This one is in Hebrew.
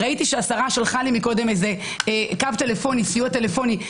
ראיתי שהשרה שלחה לי קודם קו סיוע טלפוני,